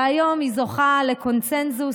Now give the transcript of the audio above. והיום היא זוכה לקונסנזוס